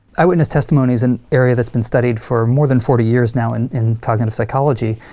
eyewitness testimony is an area that's been studied for more than forty years now and in cognitive psychology,